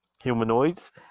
humanoids